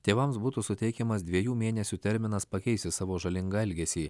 tėvams būtų suteikiamas dviejų mėnesių terminas pakeisti savo žalingą elgesį